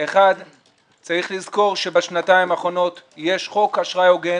1. צריך לזכור שבשנתיים האחרונות יש חוק אשראי הוגן